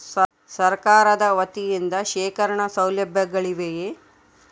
ಸರಕಾರದ ವತಿಯಿಂದ ಶೇಖರಣ ಸೌಲಭ್ಯಗಳಿವೆಯೇ?